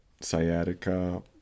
sciatica